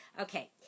Okay